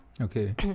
Okay